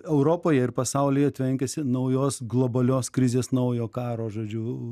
europoje ir pasaulyje tvenkiasi naujos globalios krizės naujo karo žodžiu